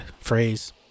phrase